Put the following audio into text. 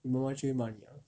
你妈妈就会骂你了